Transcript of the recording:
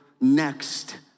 next